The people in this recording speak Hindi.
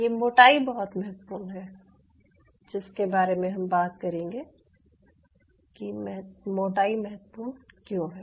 यह मोटाई बहुत महत्वपूर्ण है जिसके बारे में हम बात करेंगे कि मोटाई महत्वपूर्ण क्यों है